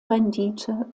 rendite